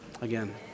again